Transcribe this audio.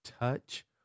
touch